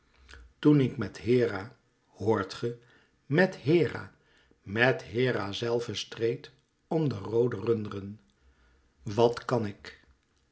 toen ik met hera hoort ge met hera met hera zelve streed om de roode runderen wat kan ik